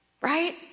right